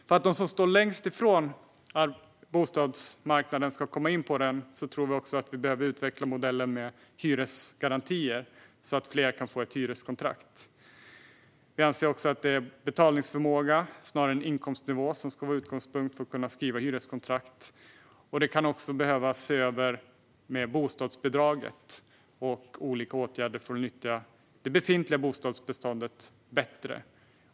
För att de som står längst ifrån bostadsmarknaden ska komma in på den tror vi att vi behöver utveckla modellen med hyresgarantier, så att fler kan få ett hyreskontrakt. Vi anser att det är betalningsförmåga snarare än inkomstnivå som ska vara utgångspunkt för att människor ska kunna skriva på hyreskontrakt. Man kan också behöva se över bostadsbidraget och olika åtgärder för att nyttja det befintliga bostadsbeståndet bättre.